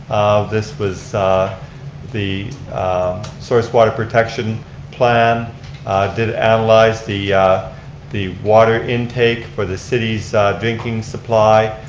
this was the source water protection plan did analyze the the water intake for the city's drinking supply.